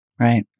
Right